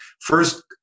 first